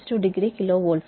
62 degree kilo volt